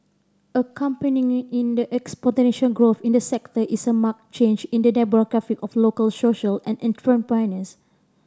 accompanying the exponential growth in the sector is a marked change in the demographic of local social entrepreneurs